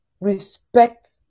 respect